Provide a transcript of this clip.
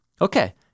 okay